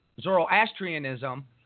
Zoroastrianism